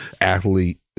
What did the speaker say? athlete